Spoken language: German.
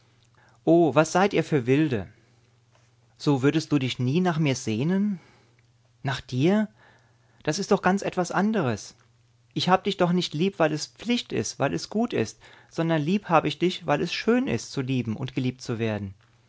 was seid ihr für wilde so würdest du dich nie nach mir sehnen nach dir das ist doch ganz etwas anderes ich hab dich doch nicht lieb weil es pflicht ist weil es gut ist sondern lieb hab ich dich weil es schön ist zu lieben und geliebt zu werden